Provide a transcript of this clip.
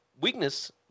Weakness